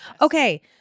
Okay